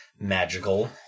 Magical